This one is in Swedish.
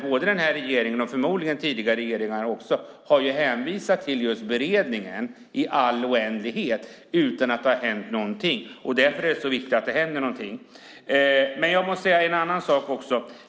Både den här regeringen och tidigare regeringar har hänvisat till beredningen i all oändlighet utan att det har hänt något. Därför är det så viktigt att det händer något. Jag ska säga en annan sak också.